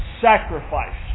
sacrifice